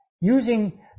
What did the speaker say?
using